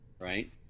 Right